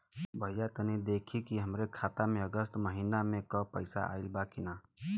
भईया तनि देखती की हमरे खाता मे अगस्त महीना में क पैसा आईल बा की ना?